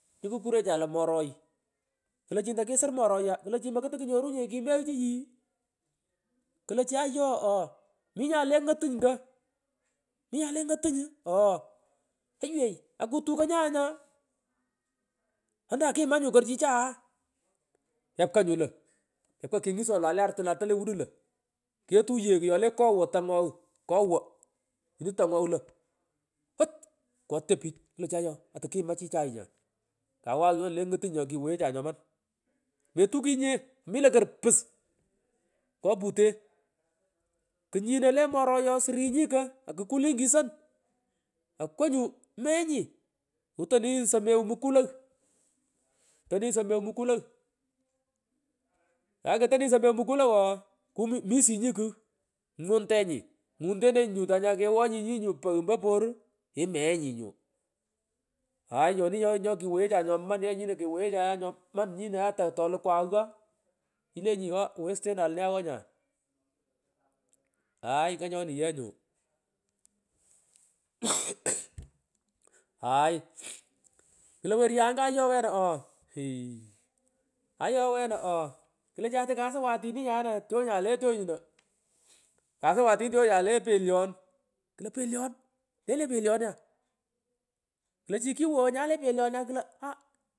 Nyukukurecha lo moroy klo chi ntokisur moraya klo chi mokutuknyo runye lo kimeghchu yii klo ayo imi nyale ng’otunyu ooh eiywei akutukoy nyae nya antankimanyu ko chichae kepka nyu lo kepka kengis wolay le are wola le artun wolay le wudun lo ketuyeo kyole kowo tangong kowe nyini tangogh lo ouch kwotyo pich klo chi ayoo atukima chichay nya ikawagh nyoni le ng’otuny nyokiwoghe cha nyoman metukinyinye omunyi lo korpus ngo pute knyino le moroye surunyi ko akulunyi kison akwoo nyu meghanyi kutonunyi somew mkulogh kutonunyi somew mkulow tae ketoninyi somew mkulow oo ku misunyi kugh ingundenyi ngundenenyi nyu pogh ompo por imeghanyi nyu aay nyoni nyokiwaghecha nyoman nyini ata toluku ogho ilenyi oo westenan lo ne agho nya ngalan pich aay nganyoni yee nyu kral aay kusut tunyon klo werianga ayo wena ii ayo wena ooh klo chi atukasuwan tini nyana tyonya le tyonyan le tyoniyo kasuwan tini tonyai le pelyon iklo pelyon nenyu le pelyon nya iklochi kiwoghoi nyae le pelyonnya klo aaah.